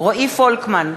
רועי פולקמן,